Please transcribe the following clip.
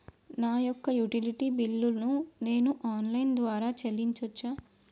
నా యొక్క utility bill ను నేను ఆన్ లైన్ ద్వారా చెల్లించొచ్చా?